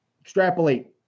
extrapolate